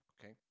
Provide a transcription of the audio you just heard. okay